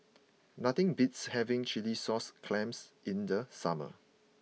nothing beats having Chilli Sauce Clams in the summer